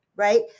right